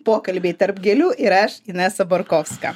pokalbiai tarp gėlių ir aš inesa borkovska